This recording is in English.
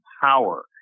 power